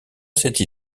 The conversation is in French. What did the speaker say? cette